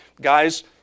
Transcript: guys